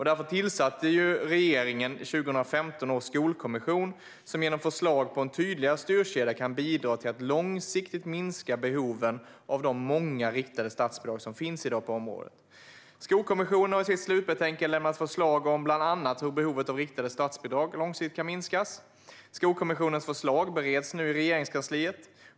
Därför tillsatte regeringen 2015 års skolkommission som genom förslag på en tydligare styrkedja kan bidra till att långsiktigt minska behoven av de många riktade statsbidrag som finns i dag på området. Skolkommissionen har i sitt slutbetänkande lämnat förslag om bland annat hur behovet av riktade statsbidrag långsiktigt kan minskas. Skolkommissionens förslag bereds nu inom Regeringskansliet.